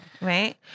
Right